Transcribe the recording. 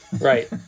right